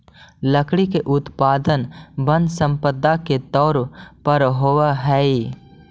लकड़ी के उत्पादन वन सम्पदा के तौर पर होवऽ हई